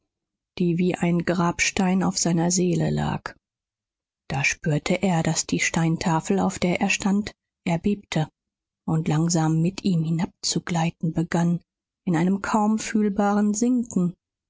die wie ein grabstein auf seiner seele lag da spürte er daß die steintafel auf der er stand erbebte und langsam mit ihm hinabzugleiten begann in einem kaum fühlbaren sinken